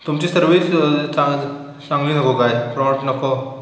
तुमची सर्विस चांग चांगली नको काय प्रॉट नको